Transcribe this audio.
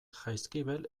jaizkibel